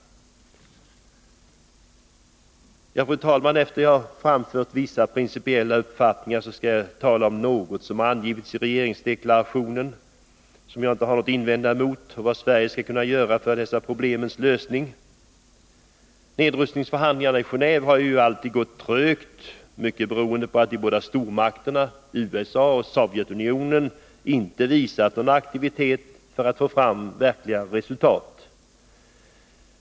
Fru talman! Efter dessa principiella åsikter vill jag nu tala om några av de problem som berörts i regeringsdeklarationen — vilken jag inte har något att invända mot — och vad Sverige skall kunna göra för att bidra till lösningen av dessa problem. Nedrustningsförhandlingarna i Gené&ve har alltid gått trögt, mycket beroende på att de båda stormakterna USA och Sovjetunionen inte visat någon aktivitet för att få fram verkliga resultat.